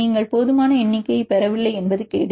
நீங்கள் போதுமான எண்ணிக்கையைப் பெறவில்லை என்பது கேடு